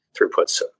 throughputs